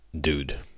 dude